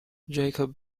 jacob